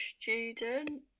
student